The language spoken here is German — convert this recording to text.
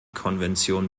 konvention